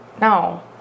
No